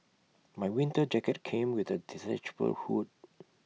my winter jacket came with A detachable hood